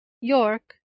york